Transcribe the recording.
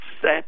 set